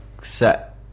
set